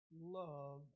Love